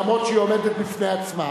אף שהיא עומדת בפני עצמה.